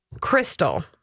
Crystal